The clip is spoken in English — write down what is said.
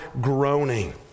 groaning